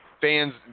fans